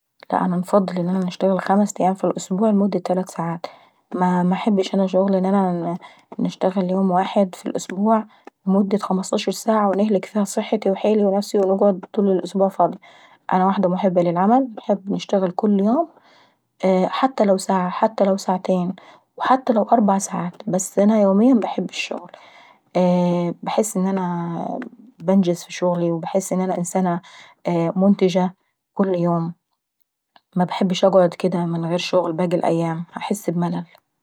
انا واحدة محبة للعمل، ونحب نشتغل كل يوم. ايييه حتى لو هشتغل ساعة حتى لو ساعتين وحتى لو اربع ساعات بس انا يومين بنحب الشغل. بنحس ان انا نجز في شغلي وبحس ان انا انسانة منتجة كل يوم مش باحب ان انا نقعد اكدا من غير شغل باجي الأيام باحس بملل.